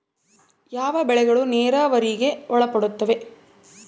ಯಾವ ಬೆಳೆಗಳು ನೇರಾವರಿಗೆ ಒಳಪಡುತ್ತವೆ?